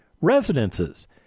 residences